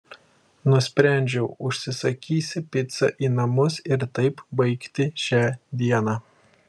nusprendžiau užsisakysi picą į namus ir taip baigti šią dieną